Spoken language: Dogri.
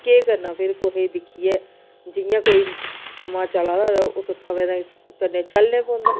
केह् करना फिर कुहै गी दिक्खियै जियां कोई समां चला दा होऐ उस समें दे कन्नै चलने पौंदा